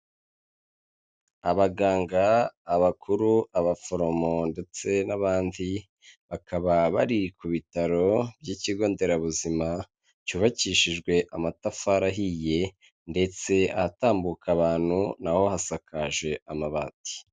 Abaganga, abakuru, abaforomo ndetse n'abandi bakaba bari ku bitaro by'ikigo nderabuzima cyubakishijwe amatafari ahiye ndetse ahatambuka abantu bahasakaje amabati.